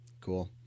Cool